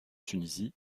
tunisie